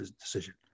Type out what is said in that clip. decision